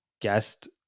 guest